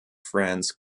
france